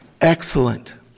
excellent